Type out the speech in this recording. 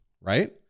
right